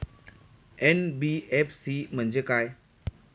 NBFC म्हणजे काय?